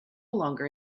longer